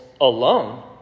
alone